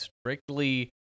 strictly